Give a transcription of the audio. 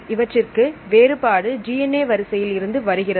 இவற்றின் வேறுபாடு DNA வரிசையில் இருந்து வருகிறது